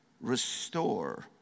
restore